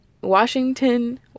Washington